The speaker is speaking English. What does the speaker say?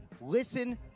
listen